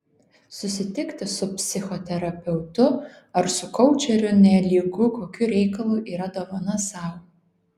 susitikti su psichoterapeutu ar su koučeriu nelygu kokiu reikalu yra dovana sau